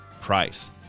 price